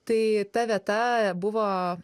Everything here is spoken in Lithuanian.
tai ta vieta buvo